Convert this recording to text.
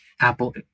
Apple